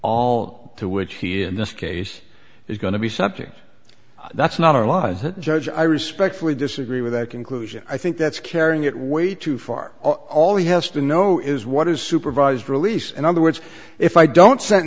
all to which he in this case is going to be subject that's not our laws and judge i respectfully disagree with that conclusion i think that's carrying it way too far all he has to know is what is supervised release in other words if i don't sen